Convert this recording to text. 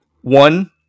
One